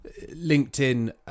LinkedIn